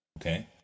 okay